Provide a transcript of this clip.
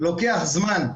לוקח זמן.